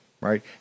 right